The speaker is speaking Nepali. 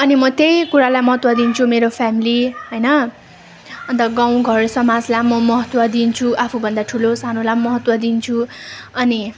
अनि म त्यही कुरालाई महत्त्व दिन्छु मेरो फेमेली होइन अन्त गाउँ घर समाजलाई म महत्त्व दिन्छु आफूभन्दा ठुलो सानुलाई पनि महत्त्व दिन्छु अनि